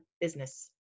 business